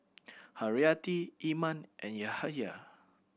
Haryati Iman and Yahaya